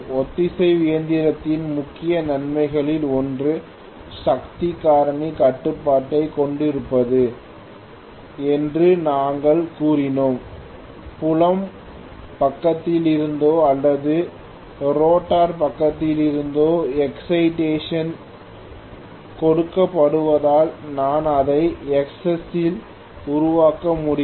ஒத்திசைவு இயந்திரத்தின் முக்கிய நன்மைகளில் ஒன்று சக்தி காரணி கட்டுப்பாட்டைக் கொண்டிருப்பது என்று நாங்கள் கூறினோம் புலம் பக்கத்திலிருந்தோ அல்லது ரோட்டார் பக்கத்திலிருந்தோ எக்சைடேஷன் கொடுக்கப்படுவதால் நான் அதை Xs ஸில் உருவாக்க முடியும்